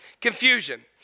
confusion